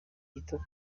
gito